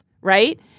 right